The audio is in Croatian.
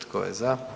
Tko je za?